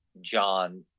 John